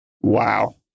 Wow